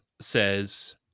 says